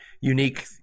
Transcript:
unique